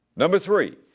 number three,